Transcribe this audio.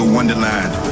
Wonderland